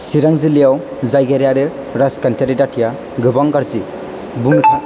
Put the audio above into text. चिरां जिल्लायाव जायगायारि आरो राजखान्थियारि दाथाया गोबां गाज्रि बुंनो थां